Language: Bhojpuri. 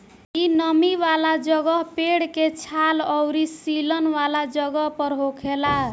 इ नमी वाला जगह, पेड़ के छाल अउरी सीलन वाला जगह पर होखेला